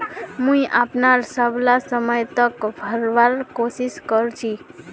मुई अपनार सबला समय त भरवार कोशिश कर छि